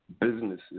Businesses